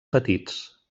petits